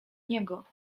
niego